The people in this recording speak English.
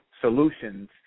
Solutions